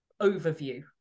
overview